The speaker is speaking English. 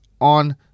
on